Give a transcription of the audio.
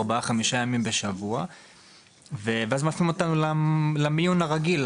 ארבעה-חמישה ימים בשבוע ואז מפנים אותנו למיון הרגיל,